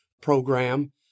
program